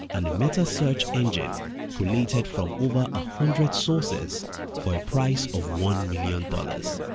and a metasearch engine collated from over a hundred sources for a price of one million dollars.